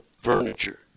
furniture